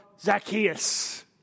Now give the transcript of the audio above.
Zacchaeus